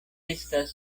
estas